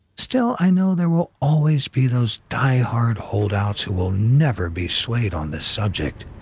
still, i know there will always be those die-hard holdouts who will never be swayed on this subject,